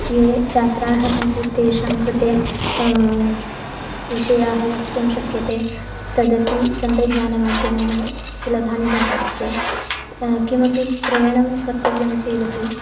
ये छात्राः सन्ति तेषां कृते विषयाः वक्तुं शक्यते तदपि तन्त्रज्ञानमाध्यमेन सुलभं जातमस्ति किमपि क्रयणं कर्तव्यं चेदपि